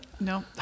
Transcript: No